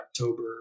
October